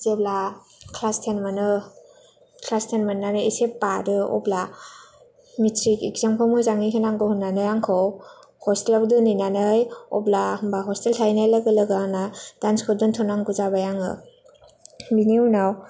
जेब्ला class ten मोनो class ten मोननानै एसे बारो अब्ला मेट्रिक इजामखौ मोजाङै होनांगौ होन्नानै आंखौ ह'स्टेल दोनहैनानै अब्ला ह'स्टेल थाहैनाय लोगो लोगो आंना दान्सखौ दोनथ'नांगौ जाबाय आङो बिनि उनाव